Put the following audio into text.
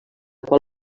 qual